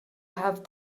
half